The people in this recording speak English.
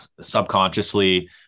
subconsciously